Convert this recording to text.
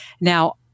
Now